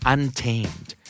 Untamed